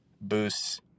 boosts